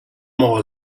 oil